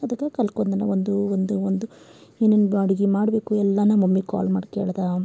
ಅದಕ್ಕೆ ಕಲ್ತ್ಕೊಂಡೆ ನಾ ಒಂದು ಒಂದು ಒಂದು ಏನೇನು ಅಡುಗೆ ಮಾಡಬೇಕು ಎಲ್ಲನ ಮಮ್ಮಿಗೆ ಕಾಲ್ ಮಾಡಿ ಕೇಳ್ದೆ